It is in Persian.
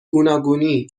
گوناگونی